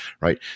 right